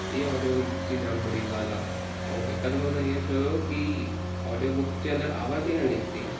इहो audio book जी जाम बुरी ॻाल्हि आहे हिकु दफ़ो त ईअं थियो की ऑडियो बुक जे अंदरि आवाज़ ई न निकिती